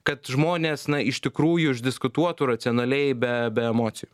kad žmonės na iš tikrųjų išdiskutuotų racionaliai be be emocijų